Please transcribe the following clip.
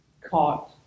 caught